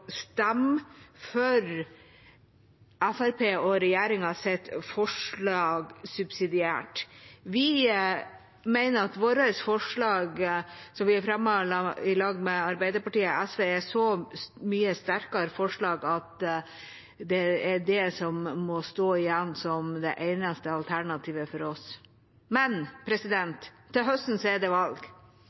stemme subsidiært for Fremskrittspartiet og regjeringas forslag. Vi mener at vårt forslag, som vi har fremmet sammen med Arbeiderpartiet og SV, er et så mye sterkere forslag at det er det som må stå igjen som det eneste alternativet for oss. Men til høsten er det valg,